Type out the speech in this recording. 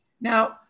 Now